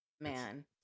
man